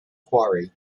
quarry